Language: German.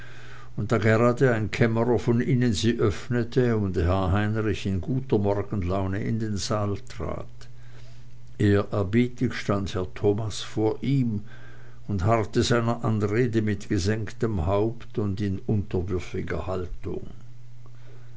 gerade da ein kämmerer von innen sie öffnete und herr heinrich in guter morgenlaune in den saal trat ehrerbietig stand herr thomas vor ihm und harrte seiner anrede mit gesenktem haupte und in unterwürfiger haltung